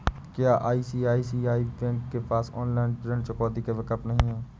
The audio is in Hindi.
क्या आई.सी.आई.सी.आई बैंक के पास ऑनलाइन ऋण चुकौती का विकल्प नहीं है?